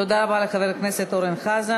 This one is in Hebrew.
תודה רבה לחבר הכנסת אורן חזן.